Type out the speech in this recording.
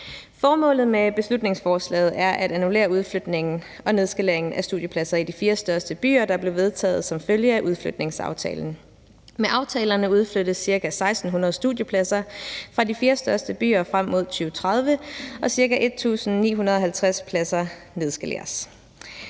Formålet med beslutningsforslaget er at annullere udflytningen og nedskaleringen af studiepladser i de fire største byer, der blev vedtaget som følge af udflytningsaftalen. Med aftalen udflyttes ca. 1.600 studiepladser fra de fire største byer frem mod 2030 og ca. 1.950 pladser nedskaleres.